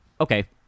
Okay